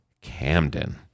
Camden